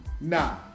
nah